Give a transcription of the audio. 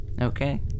Okay